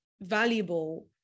valuable